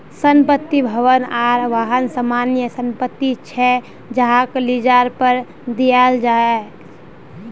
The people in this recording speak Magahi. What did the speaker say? संपत्ति, भवन आर वाहन सामान्य संपत्ति छे जहाक लीजेर पर दियाल जा छे